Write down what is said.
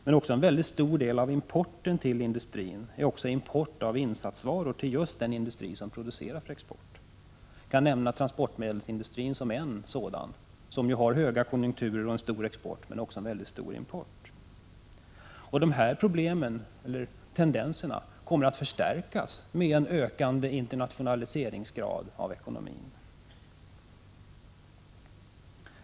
Men en mycket stor del av importen är också import av insatsvaror till just den industri som producerar för export. Jag kan nämna transportmedelsindustrin som exempel på en sådan industri som har goda konjunkturer och en stor export men också en mycket stor import. Dessa tendenser kommer att förstärkas med en ökande internationaliseringsgrad i ekonomin.